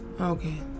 Okay